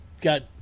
got